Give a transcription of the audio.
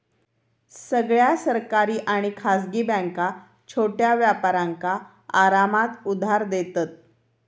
सगळ्या सरकारी आणि खासगी बॅन्का छोट्या व्यापारांका आरामात उधार देतत